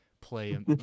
play